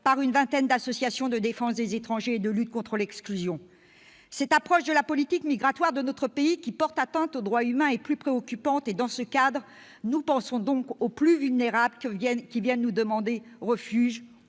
par une vingtaine d'associations de défense des étrangers et de lutte contre l'exclusion. Cette approche de la politique migratoire de notre pays, qui porte atteinte aux droits humains, est plus que préoccupante, et dans ce cadre nous pensons aux plus vulnérables qui viennent nous demander refuge,